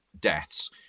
deaths